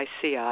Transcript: ICI